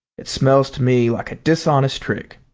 it smells to me like a dishonest trick.